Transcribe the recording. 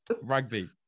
rugby